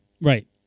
Right